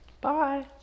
Bye